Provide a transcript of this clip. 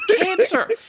cancer